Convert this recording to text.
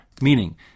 Meaning